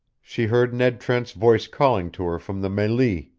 she heard ned trent's voice calling to her from the melee.